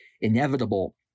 inevitable